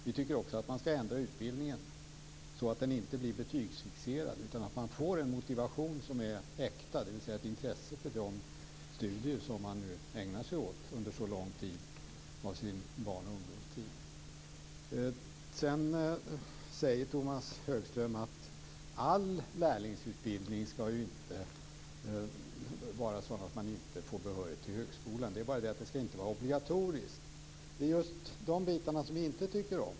Vi tycker också att utbildningen ska ändras så att den inte blir betygsfixerad utan att man får en motivation som är äkta, ett intresse för de studier man ägnar sig åt under så lång tid av sin barn och ungdomstid. Sedan säger Tomas Högström att all lärlingsutbildning inte ska vara sådan att man inte får behörighet till högskolan. Det är bara det att det inte ska vara obligatoriskt. Det är just de bitarna som vi inte tycker om.